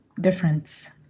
difference